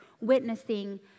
witnessing